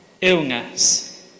illness